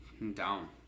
down